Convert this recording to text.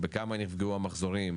בכמה נפגעו המחזורים,